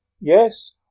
Yes